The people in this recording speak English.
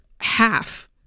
half